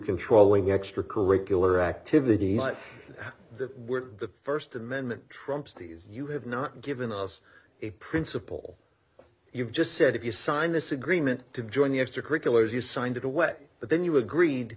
controlling extra curricular activities that were the st amendment trumps these you have not given us a principle you've just said if you sign this agreement to join the extracurriculars you signed it away but then you agreed